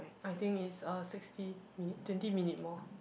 I think it's uh sixty minute twenty minute more